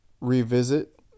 revisit